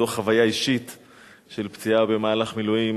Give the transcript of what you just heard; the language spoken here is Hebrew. בתור חוויה אישית של פציעה במהלך מילואים,